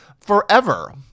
forever